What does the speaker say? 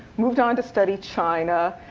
moved on to study china.